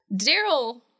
Daryl